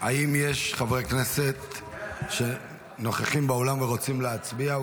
האם יש חברי כנסת שנוכחים באולם ורוצים להצביע?